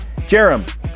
Jerem